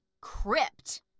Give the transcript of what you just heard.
crypt